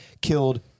killed